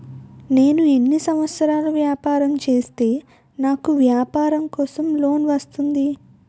నేను ఎన్ని సంవత్సరాలు వ్యాపారం చేస్తే నాకు వ్యాపారం కోసం లోన్ వస్తుంది?